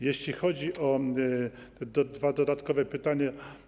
Jeśli chodzi o dwa dodatkowe pytania.